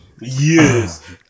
Yes